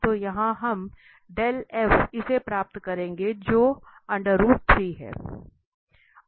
तो यहाँ हम इसे प्राप्त करेंगे जो हैं